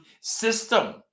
system